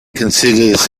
considers